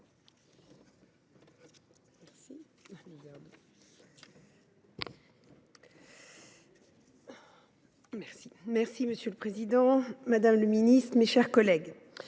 Bellurot. Monsieur le président, madame la ministre, mes chers collègues,